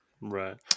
Right